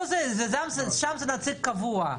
שם זה נציג קבוע.